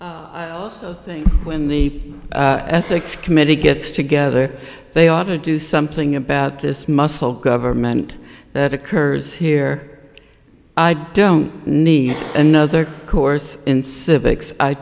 tremors i also think when the ethics committee gets together they are to do something about this muscle government that occurs here i don't need another course in civics i